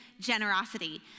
generosity